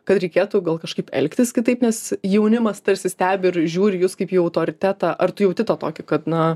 kad reikėtų gal kažkaip elgtis kitaip nes jaunimas tarsi stebi ir žiūri į jus kaip į autoritetą ar tu jauti tą tokį kad na